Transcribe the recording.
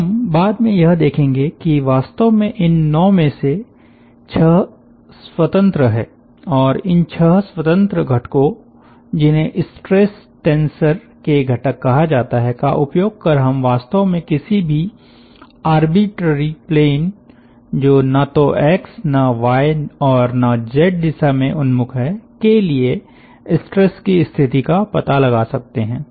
हम बाद में यह देखेंगे कि वास्तव में इन नौ में से छह स्वतंत्र हैं और इन छह स्वतंत्र घटकों जिन्हें स्ट्रेस टेंसर के घटक कहा जाता है का उपयोग कर हम वास्तव में किसी भी आर्बिट्ररी प्लेन जो न तो एक्स न वाय और न जेड दिशा में उन्मुख है के लिए स्ट्रेस की स्थिति का पता लगा सकते हैं